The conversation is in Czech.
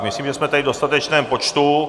Myslím, že jsme tady v dostatečném počtu.